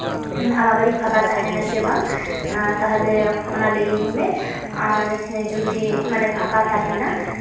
ᱟᱢᱟᱜ ᱜᱟᱹᱰᱤ ᱯᱷᱟᱸᱠᱟ ᱛᱟᱦᱮᱱᱟ ᱥᱮ ᱵᱟᱝ ᱛᱟᱦᱞᱮ ᱚᱱᱟ ᱞᱟᱹᱭᱟᱹᱧ ᱢᱮ ᱟᱨ ᱡᱩᱫᱤ ᱢᱟᱱᱮ ᱯᱷᱟᱸᱠᱟ ᱛᱟᱦᱮᱱᱟ